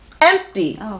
Empty